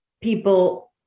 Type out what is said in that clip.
people